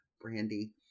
brandy